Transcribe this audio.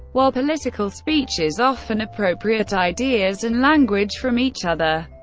while political speeches often appropriate ideas and language from each other,